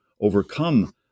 overcome